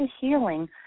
healing